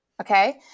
Okay